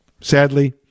sadly